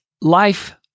life